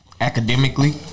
academically